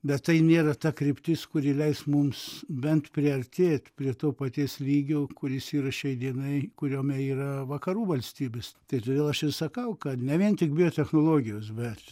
bet tai nėra ta kryptis kuri leis mums bent priartėt prie to paties lygio kuris yra šiai dienai kuriame yra vakarų valstybės tai todėl aš ir sakau kad ne vien tik biotechnologijos bet